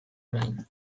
orain